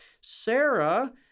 Sarah